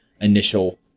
initial